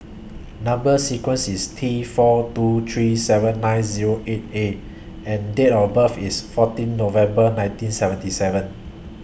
Number sequence IS T four two three seven nine Zero eight A and Date of birth IS fourteen November nineteen seventy seven